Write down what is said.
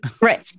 right